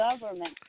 government